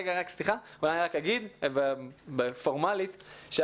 רק פורמלית,